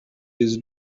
his